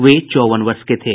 वे चौवन वर्ष के थे